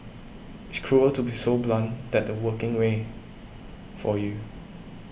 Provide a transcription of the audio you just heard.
it's cruel to be so blunt that the working way for you